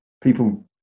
People